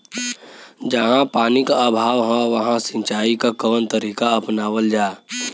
जहाँ पानी क अभाव ह वहां सिंचाई क कवन तरीका अपनावल जा?